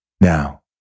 Now